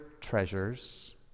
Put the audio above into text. treasures